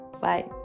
Bye